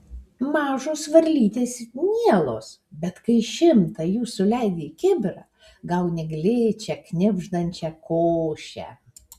mažos varlytės mielos bet kai šimtą jų suleidi į kibirą gauni gličią knibždančią košę